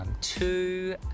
two